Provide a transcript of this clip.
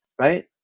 Right